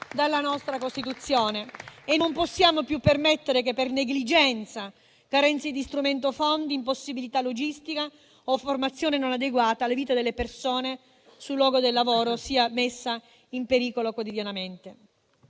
dalla nostra Costituzione e non possiamo più permettere che, per negligenza, carenze di strumenti o fondi, impossibilità logistica o formazione non adeguata, le vite delle persone sul luogo del lavoro siano messe in pericolo quotidianamente.